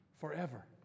forever